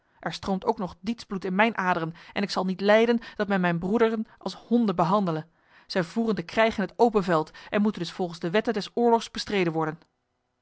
er stroomt ook nog diets bloed in mijn aderen en ik zal niet lijden dat men mijn broederen als honden behandele zij voeren de krijg in het open veld en moeten dus volgens de wetten des oorlogs bestreden worden